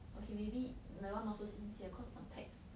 okay maybe that one not so sincere cause on text